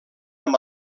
amb